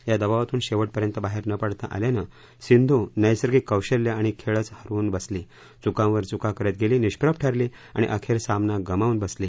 या दबावातून शेवटपर्यंत बाहेर पडता न आल्यानं सिंधू नैसर्गिक कौशल्य आणि खेळच हरवून बसली चुकांवर चुका करत गेली निष्प्रभ ठरली आणि अखेर सामना गमावून बसली